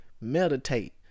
Meditate